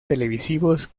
televisivos